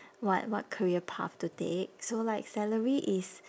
what what career path to take so like salary is